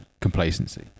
complacency